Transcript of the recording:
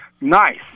Nice